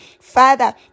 Father